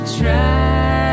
try